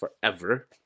forever